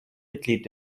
mitglied